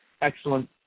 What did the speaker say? excellent